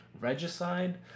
regicide